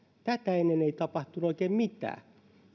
ennen ei tapahtunut oikein mitään